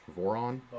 Voron